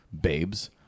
babes